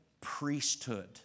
priesthood